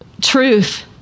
truth